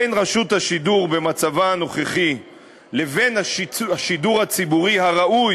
בין רשות השידור במצבה הנוכחי לבין השידור הציבורי הראוי,